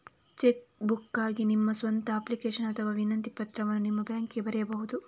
check ಬುಕ್ಗಾಗಿ ನಿಮ್ಮ ಸ್ವಂತ ಅಪ್ಲಿಕೇಶನ್ ಅಥವಾ ವಿನಂತಿ ಪತ್ರವನ್ನು ನಿಮ್ಮ ಬ್ಯಾಂಕಿಗೆ ಬರೆಯಬಹುದು